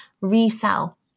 resell